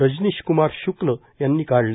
रजनीश कुमार शुक्ल यांनी काढले